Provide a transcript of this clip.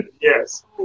Yes